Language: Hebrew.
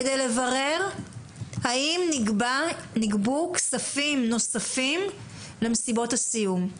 כדי לברר האם נגבו כספים נוספים למסיבות הסיום?